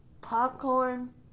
popcorn